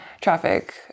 traffic